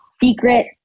secret